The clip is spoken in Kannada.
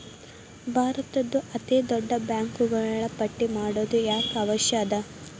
ಭಾರತದ್ದು ಅತೇ ದೊಡ್ಡ ಬ್ಯಾಂಕುಗಳ ಪಟ್ಟಿ ಮಾಡೊದು ಯಾಕ್ ಅವಶ್ಯ ಅದ?